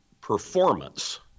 performance